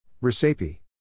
Recipe